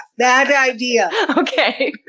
bad idea! okay. ah,